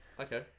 Okay